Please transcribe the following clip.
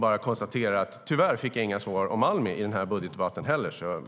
Jag konstaterar bara att jag tyvärr inte fick några svar om Almi i den här budgetdebatten heller.